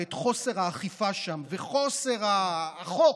ואת חוסר האכיפה שם וחוסר החוק,